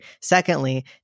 Secondly